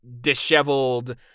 disheveled